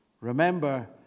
Remember